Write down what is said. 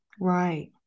Right